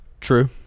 true